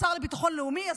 השר לביטחון לאומי,